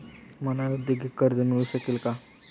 मला औद्योगिक कर्ज मिळू शकेल का?